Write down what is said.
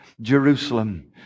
Jerusalem